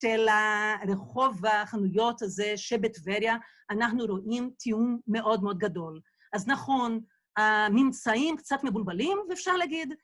‫של רחוב החנויות הזה שבטבריה, ‫אנחנו רואים תיאום מאוד מאוד גדול. ‫אז נכון, הממצאים קצת מבולבלים, ‫אפשר להגיד,